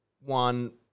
one